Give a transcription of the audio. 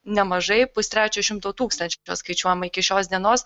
nemažai pustrečio šimto tūkstančių yra skaičiuojama iki šios dienos